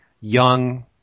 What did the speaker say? young